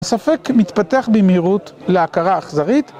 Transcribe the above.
הספק מתפתח במהירות להכרה אכזרית.